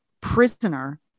prisoner